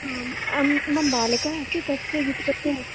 आं मम बालकः अस्ति तस्य युत्कत्ते